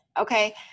Okay